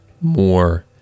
more